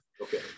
Okay